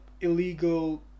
illegal